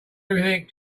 everything